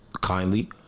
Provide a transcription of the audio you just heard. kindly